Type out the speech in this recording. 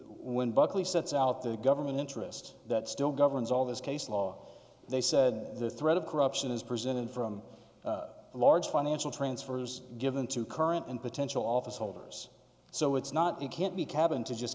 when buckley sets out the government interest that still governs all this case law they said the threat of corruption is presented from the large financial transfers given to current and potential office holders so it's not it can't be cabin to just